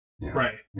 Right